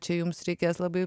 čia jums reikės labai